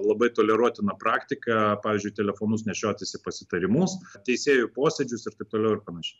labai toleruotina praktika pavyzdžiui telefonus nešiotis į pasitarimus teisėjų posėdžius ir taip toliau ir panašiai